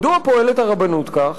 מדוע פועלת הרבנות כך?